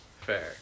Fair